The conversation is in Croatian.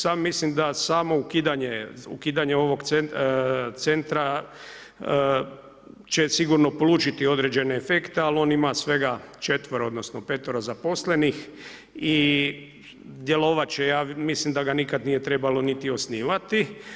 Sam mislim da samo ukidanje ovog centra će sigurno polučiti određene efekte, ali on ima svega 4 odnosno 5-tero zaposlenih i djelovat će ja mislim da ga nikad nije trebalo niti osnivati.